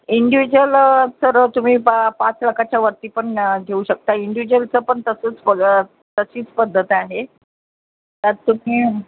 individual तर तुम्ही पा पाच लाखाच्या वरती पण घेऊ शकता इंडियुज्वलचं पण तसं थोडं तशीच पद्धत आहे त्यात तुम्ही